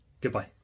Goodbye